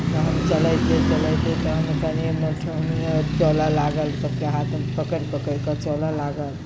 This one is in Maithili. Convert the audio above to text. तखन चलिते चलिते तखन कनी ठेहुनी चलय लागल सभके हाथ पकड़ि पकड़ि कऽ चलय लागल